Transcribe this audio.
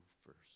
first